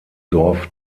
dorf